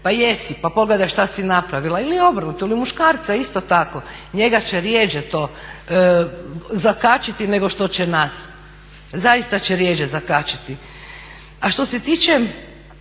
Pa jesi, pa pogledaj šta si napravila? Ili obrnuto, ili muškarca isto tako. Njega će rjeđe to zakačiti nego što će nas. Zaista će rjeđe zakačiti. A što se tiče